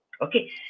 Okay